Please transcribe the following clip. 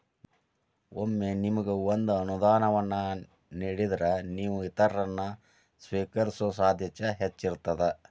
ಒಮ್ಮೆ ನಿಮಗ ಒಂದ ಅನುದಾನವನ್ನ ನೇಡಿದ್ರ, ನೇವು ಇತರರನ್ನ, ಸ್ವೇಕರಿಸೊ ಸಾಧ್ಯತೆ ಹೆಚ್ಚಿರ್ತದ